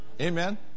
Amen